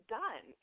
done